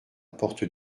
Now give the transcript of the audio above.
porte